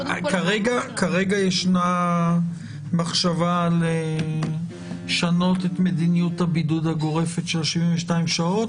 כרגע ישנה מחשבה על שינוי מדיניות הבידוד הגורפת של 72 השעות?